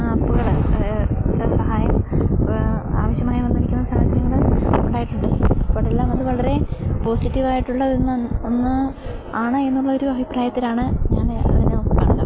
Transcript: ആപ്പുകളുടെ ടെ സഹായം ആവശ്യമായി വന്നിരിക്കുന്ന സാഹചര്യങ്ങൾ ഉണ്ടായിട്ടുണ്ട് അപ്പോൾ അതെല്ലാം അത് വളരെ പോസിറ്റീവായിട്ടുള്ള ഒന്ന് ഒന്ന് ആണ് എന്നുള്ള ഒരു അഭിപ്രായത്തിലാണ് ഞാൻ അതിനെ നോക്കി കാണുന്നത്